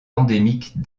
endémique